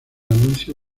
anuncio